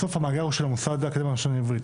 בסוף המאגר הוא של המוסד לאקדמיה ללשון עברית.